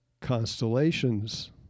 constellations